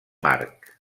marc